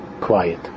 Quiet